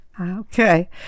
okay